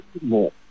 more